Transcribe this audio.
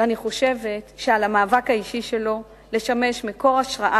ואני חושבת שעל המאבק האישי שלו לשמש מקור השראה